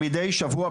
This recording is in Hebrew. מדי שבוע,